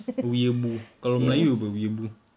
weeaboo kalau melayu apa weeaboo